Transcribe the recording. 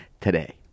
Today